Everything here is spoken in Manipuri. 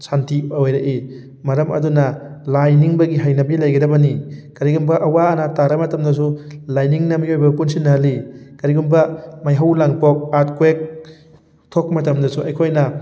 ꯁꯥꯟꯇꯤ ꯑꯣꯏꯔꯛꯏ ꯃꯔꯝ ꯑꯗꯨꯅ ꯂꯥꯏ ꯅꯤꯡꯕꯒꯤ ꯍꯩꯅꯕꯤ ꯂꯩꯒꯗꯕꯅꯤ ꯀꯔꯤꯒꯨꯝꯕ ꯑꯋꯥ ꯑꯅꯥ ꯇꯥꯔꯕ ꯃꯇꯃꯗꯁꯨ ꯂꯥꯏꯅꯤꯡꯅ ꯃꯤꯑꯣꯏꯕꯕꯨ ꯄꯨꯟꯁꯤꯟꯅꯍꯜꯂꯤ ꯀꯔꯤꯒꯨꯝꯕ ꯃꯩꯍꯧ ꯂꯥꯡꯄꯣꯛ ꯑꯥꯔꯠꯀ꯭ꯋꯦꯛ ꯊꯣꯛꯄ ꯃꯇꯝꯗꯁꯨ ꯑꯩꯈꯣꯏꯅ